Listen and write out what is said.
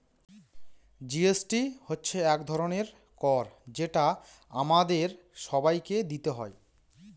GST হচ্ছে এক ধরনের কর যেটা আমাদের সবাইকে দিতে হয়